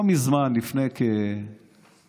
לא מזמן, לפני כחודשיים,